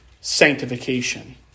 sanctification